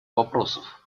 вопросов